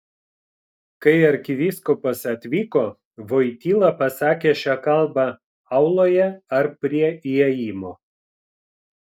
kai arkivyskupas atvyko voityla pasakė šią kalbą auloje ar prie įėjimo